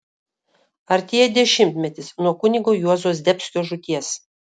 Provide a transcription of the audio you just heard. artėja dešimtmetis nuo kunigo juozo zdebskio žūties